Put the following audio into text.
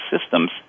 systems